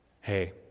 hey